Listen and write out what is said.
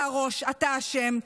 אתה הראש, אתה אשם.